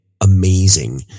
amazing